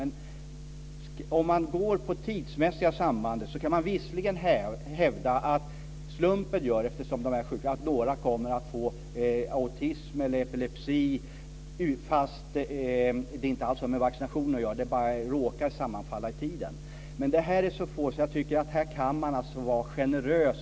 När det gäller tidsmässiga samband kan man visserligen hävda att slumpen gör att några får autism eller epilepsi utan att det har med vaccinationen att göra; det råkar bara sammanfalla i tiden. Men i det här fallet rör det sig om så få att jag tycker att man kan vara generös.